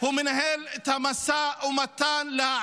למה להסית?